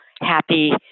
happy